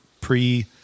pre